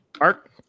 Art